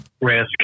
risk